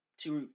two